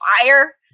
fire